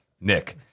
Nick